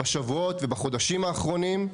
בשבועות ובחודשים האחרונים,